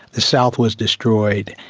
the south was destroyed.